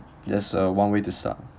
that's uh one way to start